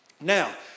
Now